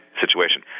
situation